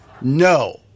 no